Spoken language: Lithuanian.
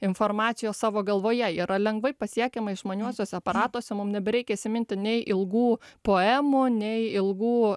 informacijos savo galvoje ji yra lengvai pasiekiama išmaniuosiuose aparatuose mum nebereikia įsiminti nei ilgų poemų nei ilgų